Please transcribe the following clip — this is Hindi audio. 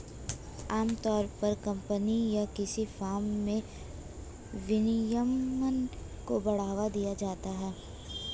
आमतौर पर कम्पनी या किसी फर्म में विनियमन को बढ़ावा दिया जाता है